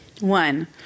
one